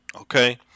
Okay